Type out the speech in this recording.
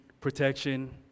protection